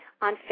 on